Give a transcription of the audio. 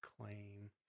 claim